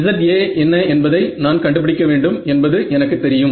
Za என்ன என்பதை நான் கண்டுபிடிக்க வேண்டும் என்பது எனக்குத் தெரியும்